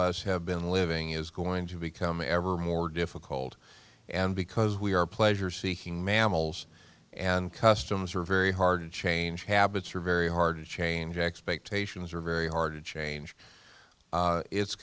us have been living is going to become ever more difficult and because we are a pleasure seeking mammals and customs are very hard to change habits are very hard to change expectations are very hard to change it's